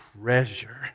treasure